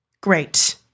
Great